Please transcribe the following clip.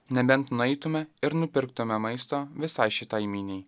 nebent nueitume ir nupirktume maisto visai šitai miniai